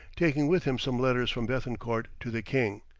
taking with him some letters from bethencourt to the king.